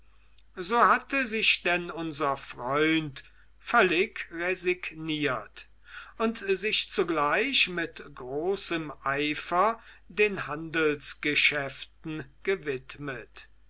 so hatte sich denn unser freund völlig resigniert und sich zugleich mit großem eifer den handelsgeschäften gewidmet